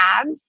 abs